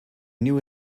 new